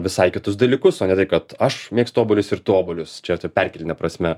visai kitus dalykus o ne tai kad aš mėgstu obuolius ir tu obuolius čia tai perkeltine prasme